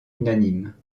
unanime